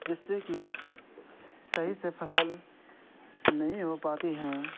جس سے کہ صحیح سے فصل نہیں ہو پاتی ہیں